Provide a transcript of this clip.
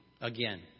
again